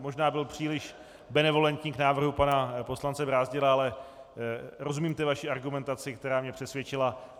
Možná jsem byl příliš benevolentní k návrhu pana poslance Brázdila, ale rozumím té vaší argumentaci, která mě přesvědčila.